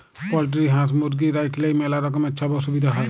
poultry হাঁস, মুরগি রাইখলেই ম্যালা রকমের ছব অসুবিধা হ্যয়